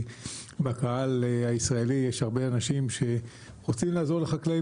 בקהל הישראלי יש הרבה אנשים שרוצים לעזור לחקלאים